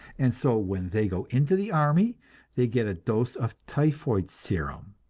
and so when they go into the army they get a dose of typhoid serum.